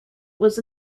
was